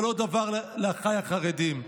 אבל עוד דבר לאחיי החרדים: